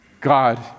God